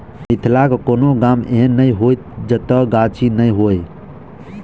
मिथिलाक कोनो गाम एहन नै होयत जतय गाछी नै हुए